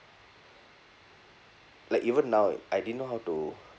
like even now I didn't know how to